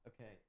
Okay